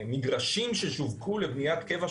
המגרשים ששווקו לבניית קבע,